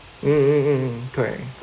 mm mm mm mm correct